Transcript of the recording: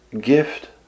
gift